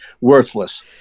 worthless